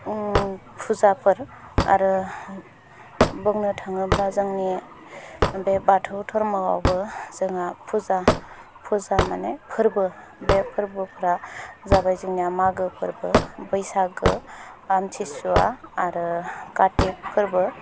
फुजाफोर आरो बुंनो थाङोब्ला जोंनि बे बाथौ धर्मआवबो जोंहा फुजा फुजा माने फोरबो बे फोरबोफ्रा जाबाय जोंनिया मागो फोरबो बैसागो आमथिसुवा आरो कार्तिक फोरबो